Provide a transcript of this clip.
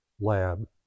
lab